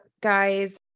guys